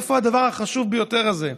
איפה הדבר החשוב ביותר הזה?